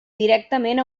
directament